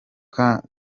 kandi